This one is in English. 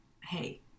hey